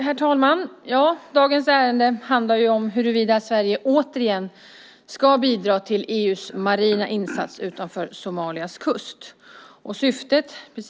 Herr talman! Dagens ärende handlar om huruvida Sverige återigen ska bidra till EU:s marina insats utanför Somalias kust.